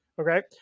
okay